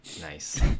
Nice